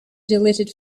deleted